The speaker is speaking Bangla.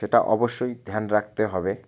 সেটা অবশ্যই ধ্যান রাখতে হবে